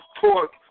torque